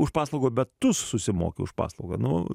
už paslaugą bet tu susimoki už paslaugą nu